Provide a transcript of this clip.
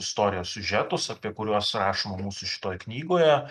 istorijos siužetus apie kuriuos rašo mūsų šitoj knygoje